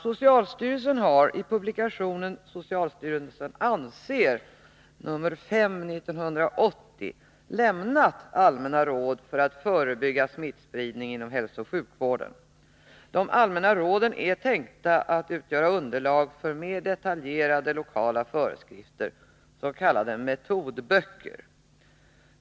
Socialstyrelsen har i publikationen Socialstyrelsen anser, 1980:5, lämnat allmänna råd för att förebygga smittspridning inom hälsooch sjukvården. De allmänna råden är tänkta att utgöra underlag för mer detaljerade lokala föreskrifter, s.k. metodböcker.